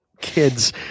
kids